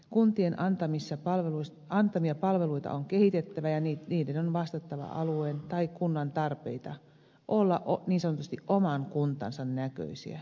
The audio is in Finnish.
kuntien antamia palveluita on kehitettävä ja niiden on vastattava alueen tai kunnan tarpeita oltava niin sanotusti oman kuntansa näköisiä